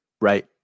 right